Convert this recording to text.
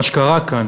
מה שקרה כאן,